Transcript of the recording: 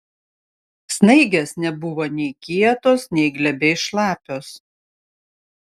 snaigės nebuvo nei kietos nei glebiai šlapios